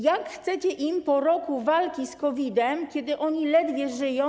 Jak chcecie im po roku walki z COVID-em, kiedy oni ledwie żyją.